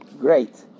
Great